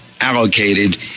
allocated